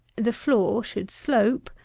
the floor should slope,